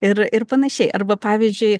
ir ir panašiai arba pavyzdžiui